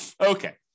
Okay